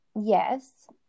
Yes